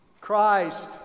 Christ